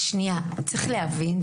צריך להבין.